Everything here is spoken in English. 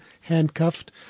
handcuffed